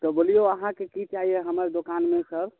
तऽ बोलिऔ आहाँके की चाहियै हमर दोकानमे सर